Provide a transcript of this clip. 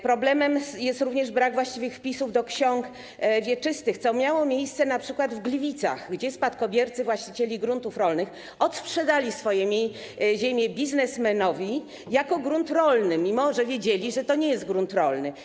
Problemem jest również brak właściwych wpisów do ksiąg wieczystych, co miało miejsce np. w Gliwicach, gdzie spadkobiercy właścicieli gruntów rolnych odsprzedali swoje ziemie biznesmenowi jako grunt rolny, mimo że wiedzieli, że to nie jest grunt rolny.